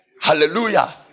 Hallelujah